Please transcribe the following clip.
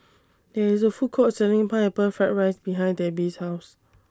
There IS A Food Court Selling Pineapple Fried Rice behind Debbie's House